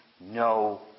no